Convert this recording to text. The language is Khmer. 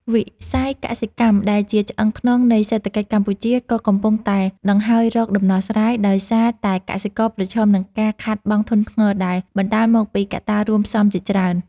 វិស័យកសិកម្មដែលជាឆ្អឹងខ្នងនៃសេដ្ឋកិច្ចកម្ពុជា ក៏កំពុងតែដង្ហើយរកដំណោះស្រាយ ដោយសារតែកសិករប្រឈមនឹងការខាតបង់ធ្ងន់ធ្ងរដែលបណ្ដាលមកពីកត្តារួមផ្សំជាច្រើន។